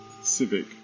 civic